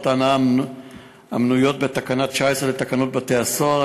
ההנאה המנויות בתקנה 19 לתקנות בתי-הסוהר,